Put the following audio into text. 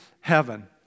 heaven